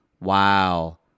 Wow